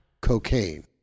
cocaine